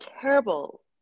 terrible